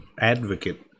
advocate